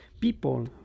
people